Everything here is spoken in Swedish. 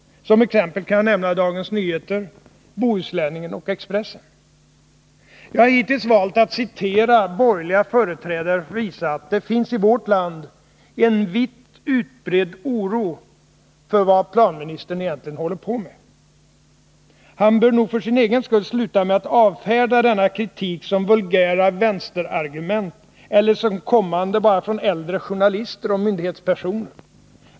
Som exempel kan jag nämna Dagens Nyheter, Bohusläningen och Expressen. Jag har hittills valt att citera borgerliga företrädare för att visa att det i vårt land finns en vitt utbredd oro för vad planministern egentligen håller på med. Han bör nog för sin egen skull sluta med att avfärda denna kritik som vulgära vänsterargument eller som kommande bara från äldre journalister och myndighetspersoner.